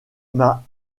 m’a